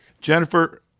Jennifer